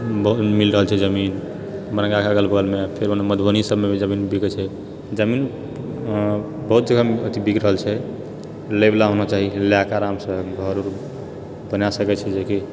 मिल रहल छै जमीन मरङ्गाके अगल बगलमे मधुबनी सबमे भी जमीन मिल रहल छै जमीन बहुत जगह अथी बिक रहल छै लए वला होना चाही लए कऽ आरामसँ घर उर बनाए सकैत छै जेकि